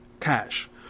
Cash